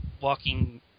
walking